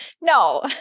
No